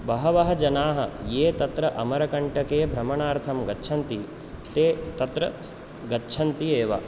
बहवः जनाः ये तत्र अमरकण्टके भ्रमणार्थं गच्छन्ति ते तत्र गच्छन्ति एव